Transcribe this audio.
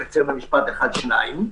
אומר רק משפט אחד או שניים.